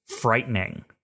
frightening